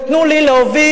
ותנו לי להוביל,